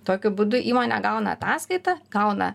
tokiu būdu įmonė gauna ataskaitą gauna